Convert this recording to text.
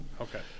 Okay